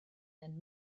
and